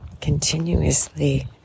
continuously